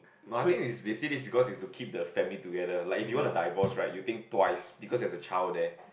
no I think they they said this because is to keep the family together like if you want to divorce right you think twice because there is a child there